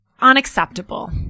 unacceptable